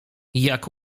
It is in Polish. jak